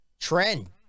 Trend